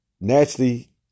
naturally